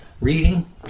reading